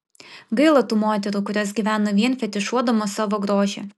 gaila tų moterų kurios gyvena vien fetišuodamos savo grožį